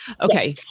Okay